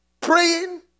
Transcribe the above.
praying